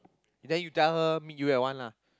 and then you tell her meet you at one lah